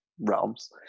realms